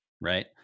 right